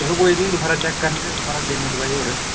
चलो कोई नि दबारा चेकअप करने ते दबारा दिन्ने दवाई होर